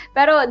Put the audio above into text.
Pero